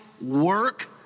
work